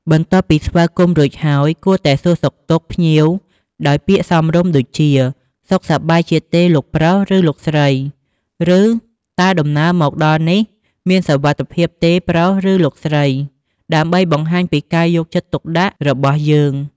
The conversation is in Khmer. បន្ទាប់ពីស្វាគមន៍រួចហើយ គួរតែសួរសុខទុក្ខ ភ្ញៀវដោយពាក្យសមរម្យដូចជា "សុខសប្បាយជាទេលោកប្រុស ឬលោកស្រី?" ឬ "តើដំណើរមកដល់នេះមានសុវត្ថិភាពទេប្រុស ឬលោកស្រី?" ដើម្បីបង្ហាញពីការយកចិត្តទុកដាក់របស់យើង។